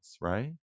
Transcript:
right